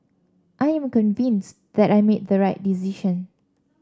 I am convinced that I made the right decision